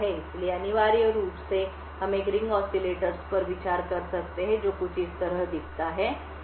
इसलिए अनिवार्य रूप से हम एक रिंग ऑसिलेटर्स पर विचार कर सकते हैं जो कुछ इस तरह दिखता है